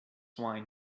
wine